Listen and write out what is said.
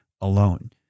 alone